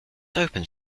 opens